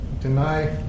deny